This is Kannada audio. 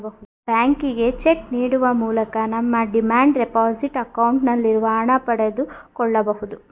ಬ್ಯಾಂಕಿಗೆ ಚೆಕ್ ನೀಡುವ ಮೂಲಕ ನಮ್ಮ ಡಿಮ್ಯಾಂಡ್ ಡೆಪೋಸಿಟ್ ಅಕೌಂಟ್ ನಲ್ಲಿರುವ ಹಣ ಪಡೆದುಕೊಳ್ಳಬಹುದು